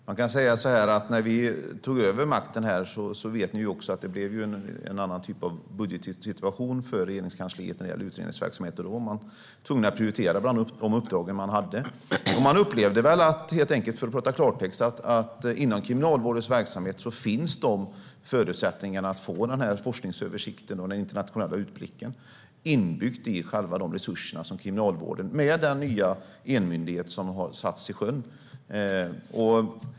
Herr talman! Man kan säga så här: Ni vet att när vi tog över makten blev det en annan typ av budgetsituation för Regeringskansliet när det gäller utredningsverksamheten. Man blev tvungen att prioritera bland de uppdrag man hade. För att tala klartext upplevde väl regeringen helt enkelt att inom Kriminalvårdens verksamhet finns förutsättningar att få forskningsöversikten och den internationella utblicken inbyggda i själva de resurser som Kriminalvården har i och med den nya enmyndighet som har satts i sjön.